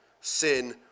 sin